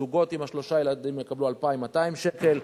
הזוגות עם שלושה ילדים יקבלו 2,200 שקל,